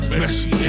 messy